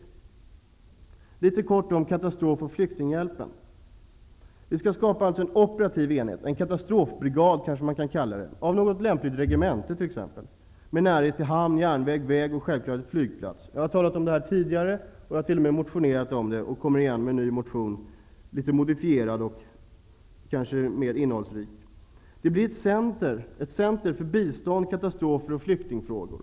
Litet kort om katastrof och flyktinghjälp: Vi skall skapa en operativ enhet - man kan kanske kalla den en katastrofbrigad - av något lämpligt regemente, med närhet till hamn, järnväg, väg och självfallet flygplats. Detta har jag talat om tidigare och t.o.m. motionerat om. Jag kommer igen med en ny, litet modifierad och kanske litet mer innehållsrik motion. Detta skulle bli ett center för bistånd, katastrofer och flyktingfrågor.